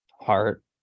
heart